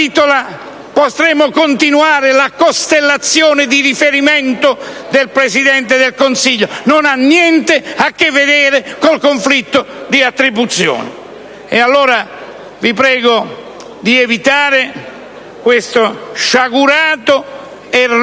Lavitola, e potremmo continuare la costellazione di riferimento del Presidente del Consiglio, che non hanno niente a che vedere con il conflitto di attribuzioni. Vi prego allora di evitare questo sciagurato errore